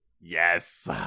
Yes